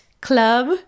club